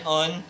on